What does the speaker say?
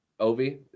Ovi